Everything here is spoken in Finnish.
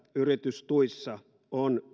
yritystuissa on